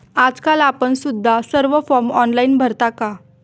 आजकाल आपण सुद्धा सर्व फॉर्म ऑनलाइन भरता का?